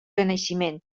renaixement